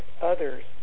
others